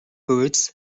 birds